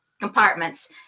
compartments